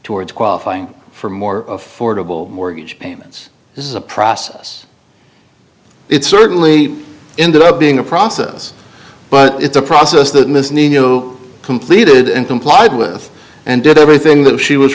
towards qualifying for more affordable mortgage payments this is a process it's certainly ended up being a process but it's a process that ms nino completed and complied with and did everything that she was